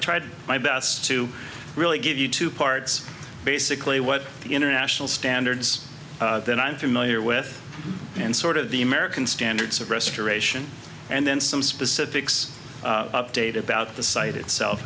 tried my best to really give you two parts basically what the international standards that i'm familiar with and sort of the american standards of restoration and then some specifics update about the site itself